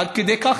עד כדי כך,